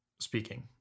speaking